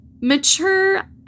mature